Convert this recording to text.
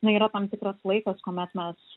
na yra tam tikras laikas kuomet mes